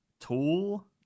Tool